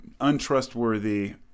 untrustworthy